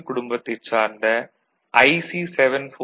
குடும்பத்தைச் சார்ந்த IC 7400